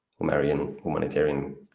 humanitarian